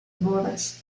bodas